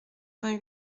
vingt